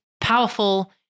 powerful